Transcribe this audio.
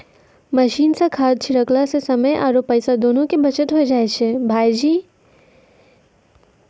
machine सॅ खाद छिड़कला सॅ समय आरो पैसा दोनों के बचत होय जाय छै भायजी